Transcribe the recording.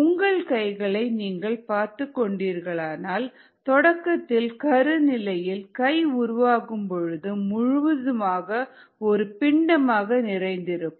உங்கள் கைகளை நீங்கள் பார்த்தீர்களென்றால் தொடக்கத்தில் கரு நிலையில் கை உருவாகும் பொழுது முழுவதுமாக ஒரு பிண்டமாக நிறைந்திருக்கும்